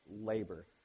labor